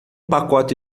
pacote